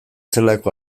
zelako